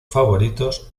favoritos